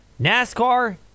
NASCAR